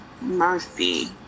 Mercy